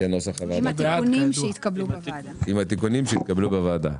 עם התיקונים שהתקבלו בוועדה.